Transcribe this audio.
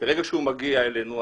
ברגע שהוא מגיע אלינו,